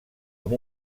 amb